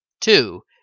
Two